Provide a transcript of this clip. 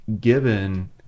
given